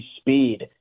speed